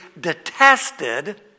detested